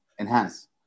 enhance